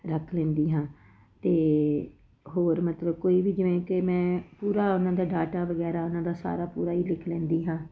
ਰੱਖ ਲੈਂਦੀ ਹਾਂ ਅਤੇ ਹੋਰ ਮਤਲਬ ਕੋਈ ਵੀ ਜਿਵੇਂ ਕਿ ਮੈਂ ਪੂਰਾ ਉਹਨਾਂ ਦਾ ਡਾਟਾ ਵਗੈਰਾ ਉਹਨਾਂ ਦਾ ਸਾਰਾ ਪੂਰਾ ਹੀ ਲਿਖ ਲੈਂਦੀ ਹਾਂ